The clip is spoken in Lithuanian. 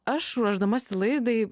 aš ruošdamasi laidai